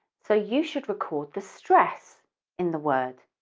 so you should record the stress in the word.